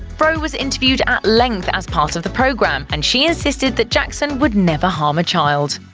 rowe was interviewed at length as part of the program, and she insisted that jackson would never harm a child.